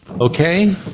Okay